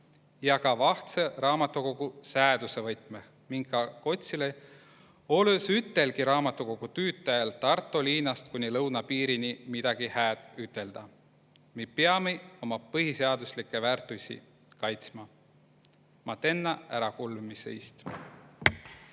ja ka vahtsõ raamatukogo sääduse võtmõh, minkä kotsilõ olõ‑s ütelgi raamadukogo tüütajal Tarto liinast kuni lõunapiirini midagi hääd ütelda. Mi piami uma põhisääduslikke väärtuisi kaitsma. Ma tennä ärakullõmise iist!